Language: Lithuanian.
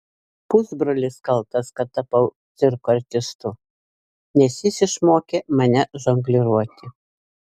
pusbrolis kaltas kad tapau cirko artistu nes jis išmokė mane žongliruoti